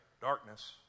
darkness